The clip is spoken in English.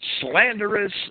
slanderous